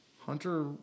Hunter